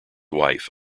wife